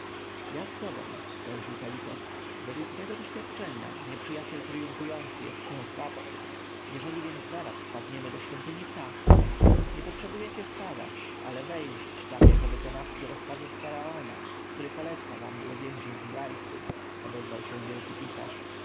ja z tobą wtrącił kalipos według mego doświadczenia nieprzyjaciel triumfujący jest najsłabszy jeżeli więc zaraz wpadniemy do świątyni ptah nie potrzebujecie wpadać ale wejść tam jako wykonawcy rozkazów faraona który poleca wam uwięzić zdrajców odezwał się wielki pisarz